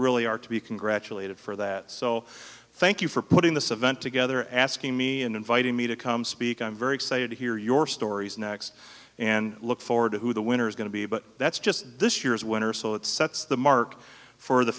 really are to be congratulated for that so thank you for putting the savan together asking me and inviting me to come speak i'm very excited to hear your stories next and look forward to who the winner is going to be but that's just this year's winner so it sets the mark for the